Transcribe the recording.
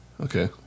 Okay